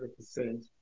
100%